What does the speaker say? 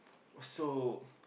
so